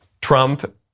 Trump